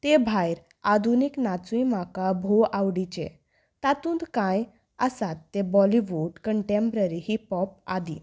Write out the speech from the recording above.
ते भायक आधुनीक नाचूय म्हाका भोव आवडीचे तातूंत कांय आसात ते बॉलीवूड कंटेंम्प्ररी हिपहॉप आदी